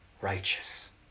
righteous